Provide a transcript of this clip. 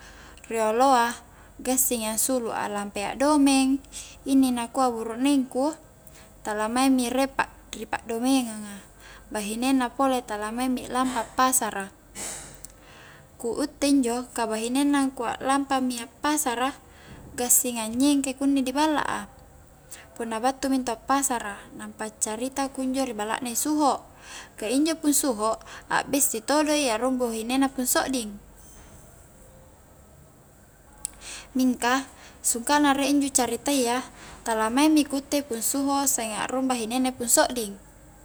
Rioloa gassing ansulu, aklampai akdomeng inni nakua burukneng ku tala maing mi riek pa' ri pa'domengang a bahinenna pole tala maing mi lampa appasara ku utte injo bahinenna angkua lampa mi appasara gassing a nyengkai kunni di balla a punna battu mi intu appasara, nampa accarita kunjo ri balla na i suho ka injo pung suho a besti todo i akrung bahinenna pung sodding mingka sungka na riek injo caritayya tala maing mi ku utte pung suho sanging akrung bahinenna pung sodding